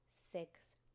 six